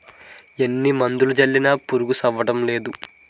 ఎన్ని మందులు జల్లినా పురుగు సవ్వడంనేదు